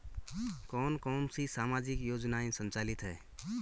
कौन कौनसी सामाजिक योजनाएँ संचालित है?